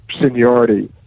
seniority